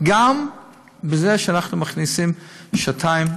גם בזה שאנחנו מכניסים שעתיים